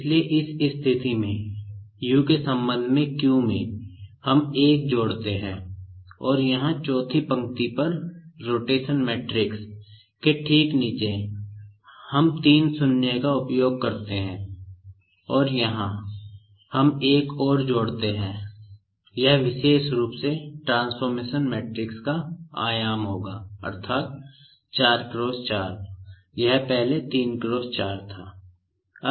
इसलिए इस स्थिति में U के संबंध में Q में हम 1 जोड़ते हैं और यहां चौथी पंक्ति पर रोटेशन मैट्रिक्स का आयाम होगा अर्थात 4 × 4 यह पहले 3 × 4 था